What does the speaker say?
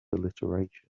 alliteration